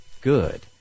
good